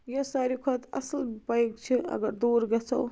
یۄس ساروٕے کھۄتہٕ اَصٕل بایک چھِ اگر دوٗر گَژھو